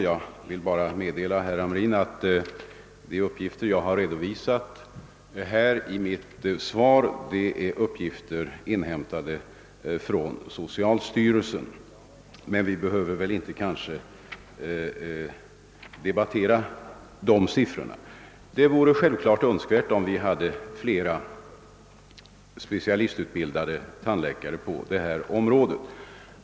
Jag vill bara meddela herr Hamrin att de uppgifter jag har redovisat i mitt svar är inhämtade från =: socialstyrelsen. Emellertid behöver vi kanske inte tvista om dem. Det vore naturligtvis önskvärt att vi hade flera tandläkare med specialistutbildning på detta område.